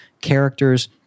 characters